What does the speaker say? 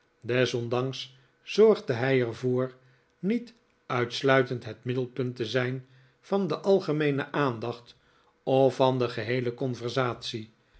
desondanks zorgde hij er voor niet uitsluitend het middelpunt te zijn van de algemeene aandacht of van de geheele conversatie